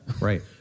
Right